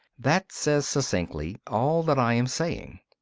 that says succinctly all that i am saying.